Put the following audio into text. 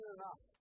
enough